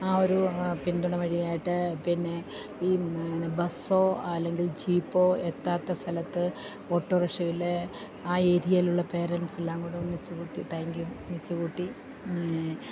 ആ ഒരു പിന്തുണ വഴിയായിട്ട് പിന്നെ ഈ പിന്നെ ബസ്സോ അല്ലെങ്കിൽ ജീപ്പോ എത്താത്ത സ്ഥലത്ത് ഓട്ടോ റിക്ഷയില് ആ ഏരിയയിലുള്ള പേരൻസെല്ലാം കൂടെ ഒന്നിച്ചുകൂട്ടി താങ്ക്യു ഒന്നിച്ചുകുട്ടി